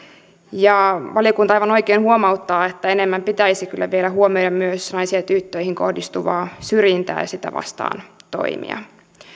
valiokunta aivan oikein huomauttaa että enemmän pitäisi kyllä vielä huomioida myös naisiin ja tyttöihin kohdistuvaa syrjintää ja sitä vastaan toimia